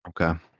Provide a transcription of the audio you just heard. Okay